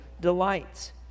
delights